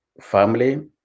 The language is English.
family